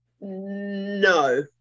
No